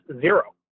zero